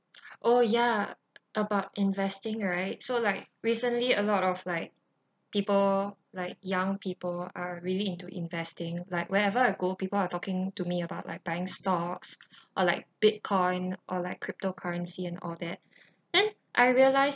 oh ya about investing right so like recently a lot of like people like young people are really into investing like wherever I go people are talking to me about like buying stocks or like bitcoin or like crypto currency and all that then I realise